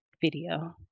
video